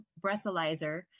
breathalyzer